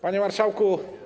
Panie Marszałku!